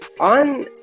on